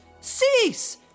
Cease